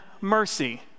mercy